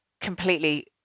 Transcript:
completely